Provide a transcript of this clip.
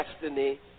destiny